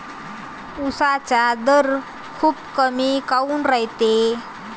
उसाचा दर खूप कमी काऊन रायते?